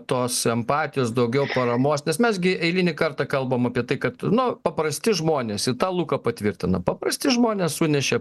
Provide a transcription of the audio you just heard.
tos empatijos daugiau paramos nes mes gi eilinį kartą kalbam apie tai kad nu paprasti žmonės į tą luka patvirtina paprasti žmonės sunešė